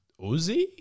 Uzi